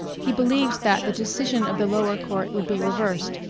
he believed that the decision of the lower court would be reversed,